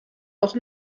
auch